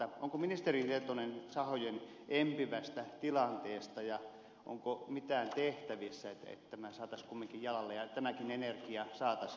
onko ministeri tietoinen sahojen empivästä tilanteesta ja onko mitään tehtävissä että tämä saataisiin kumminkin jalalle ja tämäkin energia saataisiin talteen